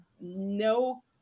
No